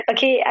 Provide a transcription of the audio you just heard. Okay